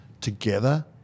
together